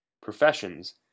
Professions